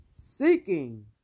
seeking